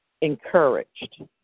encouraged